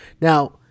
Now